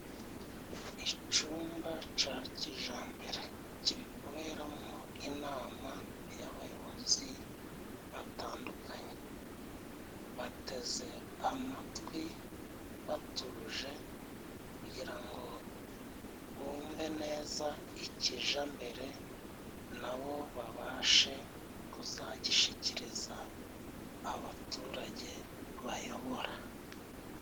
Icumba ca kijambere kiri kuberamo inama y'abayobozi batandukanye bateze amatwi batuje kugira ngo bumve neza ikija mbere nabo babashe kuzagishikiriza abaturage bayobora.